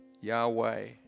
Yahweh